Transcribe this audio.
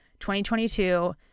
2022